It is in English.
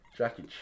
Jackie